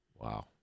Wow